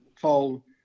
fall